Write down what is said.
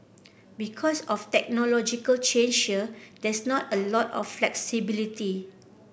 because of technological change here there's not a lot of flexibility